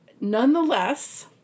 nonetheless